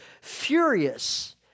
furious